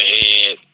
ahead